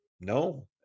no